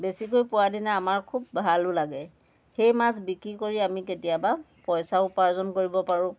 বেছিকৈ পোৱাৰ দিনা আমাৰ খুব ভালো লাগে সেই মাছ বিক্ৰী কৰি আমি কেতিয়াবা পইচা উপাৰ্জন কৰিব পাৰোঁ